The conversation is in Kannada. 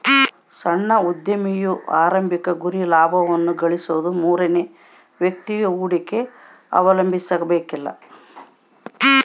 ಸಣ್ಣ ಉದ್ಯಮಿಯ ಆರಂಭಿಕ ಗುರಿ ಲಾಭವನ್ನ ಗಳಿಸೋದು ಮೂರನೇ ವ್ಯಕ್ತಿಯ ಹೂಡಿಕೆ ಅವಲಂಬಿಸಕಲ್ಲ